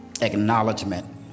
acknowledgement